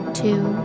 two